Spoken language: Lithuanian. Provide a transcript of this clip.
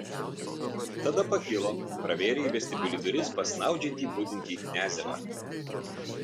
tada pakilo pravėrė į vestibiulį duris pas snaudžiantį budintį kniazevą